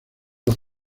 los